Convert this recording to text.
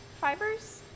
fibers